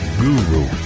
guru